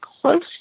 close